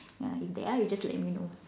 uh if there are you just let me know